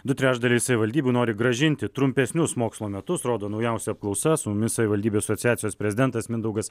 du trečdaliai savivaldybių nori grąžinti trumpesnius mokslo metus rodo naujausia apklausa su mumis savivaldybių asociacijos prezidentas mindaugas